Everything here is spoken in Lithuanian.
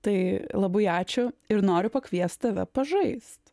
tai labai ačiū ir noriu pakviest tave pažaist